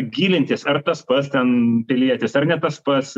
gilintis ar tas pats ten pilietis ar ne tas pats